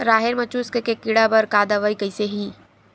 राहेर म चुस्क के कीड़ा बर का दवाई कइसे ही?